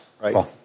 Right